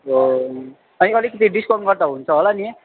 ओ अनि अलिकति डिस्काउन्ट गर्दा हुन्छ होला नि